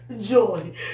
Joy